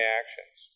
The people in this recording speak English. actions